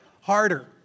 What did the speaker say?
harder